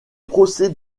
procès